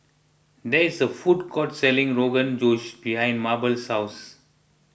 there is a food court selling Rogan Josh behind Mable's house